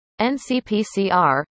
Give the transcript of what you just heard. NCPCR